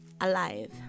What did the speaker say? Alive